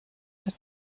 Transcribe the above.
der